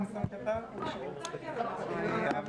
אתם דיברתם, גם